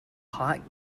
hot